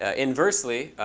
ah inversely,